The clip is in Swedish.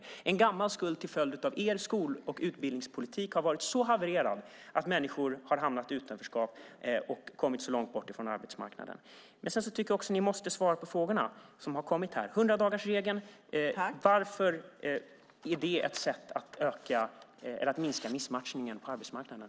Det är en gammal skuld till följd av att er skol och utbildningspolitik har varit så havererad att människor har hamnat i utanförskap och kommit så långt bort från arbetsmarknaden. Jag tycker också att ni måste svara på de frågor som har ställts här. Varför är 100-dagarsregeln ett sätt att minska missmatchningen på arbetsmarknaden?